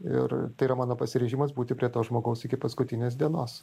ir tai yra mano pasiryžimas būti prie to žmogaus iki paskutinės dienos